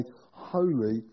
Holy